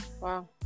wow